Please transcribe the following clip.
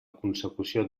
consecució